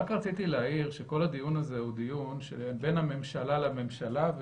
רק רציתי להעיר שכל הדיון הזה הוא דיון שבין הממשלה לממשלה.